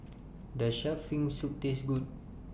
Does Shark's Fin Soup Taste Good